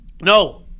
No